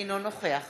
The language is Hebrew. אינו נוכח